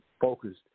focused